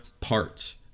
parts